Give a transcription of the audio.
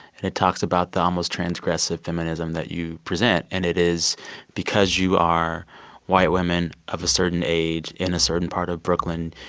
and it talks about the almost transgressive feminism that you present. and it is because you are white women of a certain age in a certain part of brooklyn,